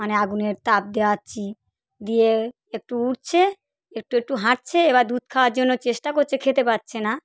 মানে আগুনের তাপ দিচ্ছি দিয়ে একটু উঠছে একটু একটু হাঁটছে এবার দুধ খাওয়ার জন্য চেষ্টা করছে খেতে পাচ্ছে না